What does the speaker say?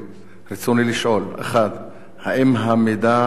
רצוני לשאול: 1. האם המידע נכון?